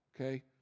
okay